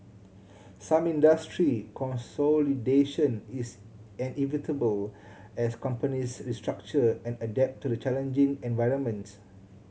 some industry consolidation is inevitable as companies restructure and adapt to the challenging environment